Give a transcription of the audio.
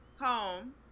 home